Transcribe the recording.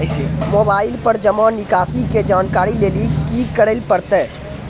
Mobile पर जमा निकासी के जानकरी लेली की करे परतै?